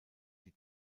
die